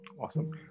awesome